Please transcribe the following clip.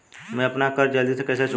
मैं अपना कर्ज जल्दी कैसे चुकाऊं?